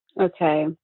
Okay